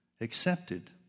accepted